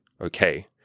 Okay